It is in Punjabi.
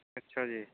ਅੱਛਾ ਜੀ